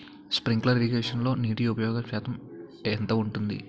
Sprinkler ఇరగేషన్లో నీటి ఉపయోగ శాతం ఎంత ఉంటుంది?